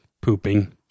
pooping